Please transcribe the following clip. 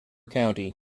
county